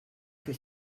que